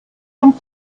dem